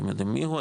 אתם יודעים מיהו,